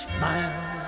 Smile